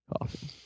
Coffee